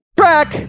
track